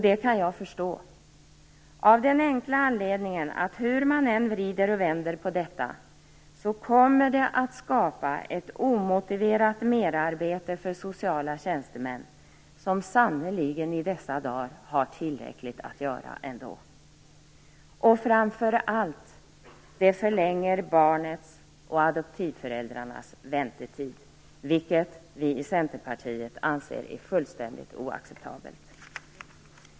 Det kan jag förstå av den enkla anledningen att det hur man än vrider och vänder på detta kommer att skapa ett merarbete för sociala tjänstemän, som i dessa dagar sannerligen har tillräckligt att göra ändå. Framför allt förlänger det barnets och adoptivföräldrarnas väntetid, vilket vi i Centerpartiet anser fullständigt oacceptabelt.